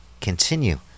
continue